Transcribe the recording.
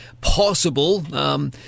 possible